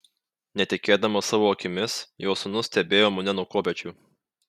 netikėdamas savo akimis jo sūnus stebėjo mane nuo kopėčių